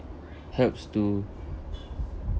helps to